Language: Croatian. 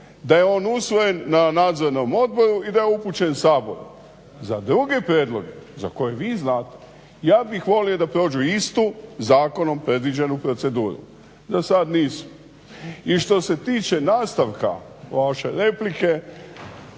da je on usvojen na Nadzornom odboru i da je on upućen Saboru. Za drugi prijedlog za koji vi znate ja bih volio da prođu istu zakonom predviđenu proceduru. Za sad nisu. I što se tiče nastavka ove vaše replike,